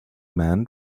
man